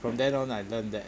from then on I learn that